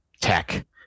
tech